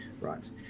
Right